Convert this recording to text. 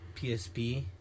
PSP